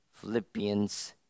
Philippians